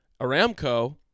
Aramco